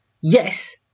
yes